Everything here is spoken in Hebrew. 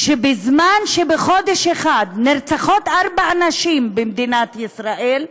שבזמן שבחודש אחד נרצחות ארבע נשים, במדינת ישראל,